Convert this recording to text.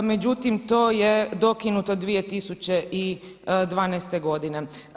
Međutim to je dokinuto 2012. godine.